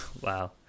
wow